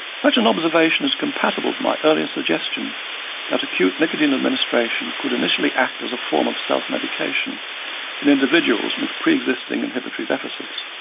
such an observation is compatible with my earlier suggestion that acute nicotine administration could initially act as a form of self-medication in individuals with pre-existing inhibitory deficits.